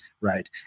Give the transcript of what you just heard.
right